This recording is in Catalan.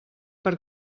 per